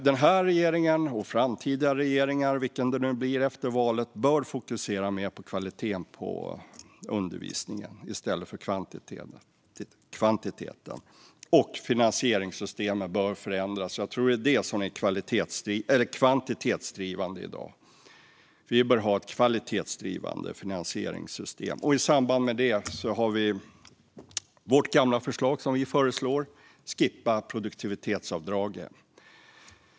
Den här regeringen och framtida regeringar, vilken det nu blir efter valet, bör fokusera på kvaliteten på undervisningen i stället för kvantiteten, och finansieringssystemet bör förändras. Jag tror att det är det som är kvantitetsdrivande i dag Vi bör ha ett kvalitetsdrivande finansieringssystem. I samband med det har vi vårt gamla förslag om att man ska skippa produktivitetsavdragen.